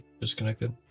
disconnected